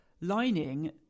lining